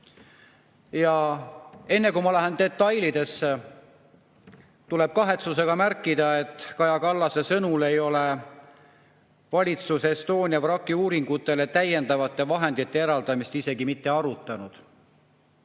Ja enne, kui ma lähen detailidesse, tuleb kahetsusega märkida, et Kaja Kallase sõnul ei ole valitsus Estonia vraki uuringutele täiendavate vahendite eraldamist isegi mitte arutanud.